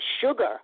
sugar